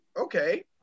okay